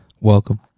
Welcome